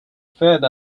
fed